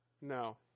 No